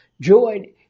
Joy